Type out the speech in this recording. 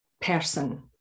person